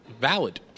valid